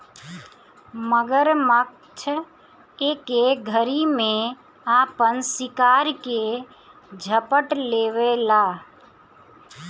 मगरमच्छ एके घरी में आपन शिकार के झपट लेवेला